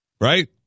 Right